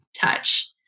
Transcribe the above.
touch